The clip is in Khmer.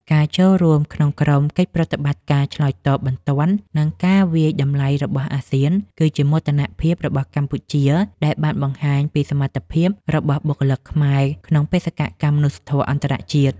ការចូលរួមក្នុងក្រុមកិច្ចប្រតិបត្តិការឆ្លើយតបបន្ទាន់ និងការវាយតម្លៃរបស់អាស៊ាន គឺជាមោទនភាពរបស់កម្ពុជាដែលបានបង្ហាញពីសមត្ថភាពរបស់បុគ្គលិកខ្មែរក្នុងបេសកកម្មមនុស្សធម៌អន្តរជាតិ។